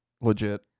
legit